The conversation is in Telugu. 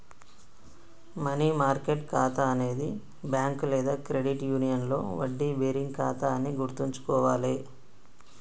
మనీ మార్కెట్ ఖాతా అనేది బ్యాంక్ లేదా క్రెడిట్ యూనియన్లో వడ్డీ బేరింగ్ ఖాతా అని గుర్తుంచుకోవాలే